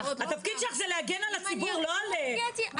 התפקיד שלך הוא להגן על הציבור, לא על פרסונה.